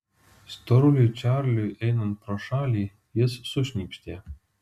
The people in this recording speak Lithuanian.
storuliui čarliui einant pro šalį jis sušnypštė